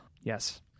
Yes